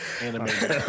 Animated